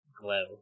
glow